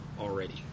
already